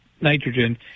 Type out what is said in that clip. nitrogen